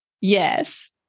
Yes